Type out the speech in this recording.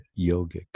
yogic